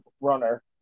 runner